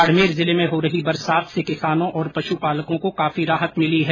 बाड़मेर जिले में हो रही बरसात से किसानों और पश्पालकों को काफी राहत मिली है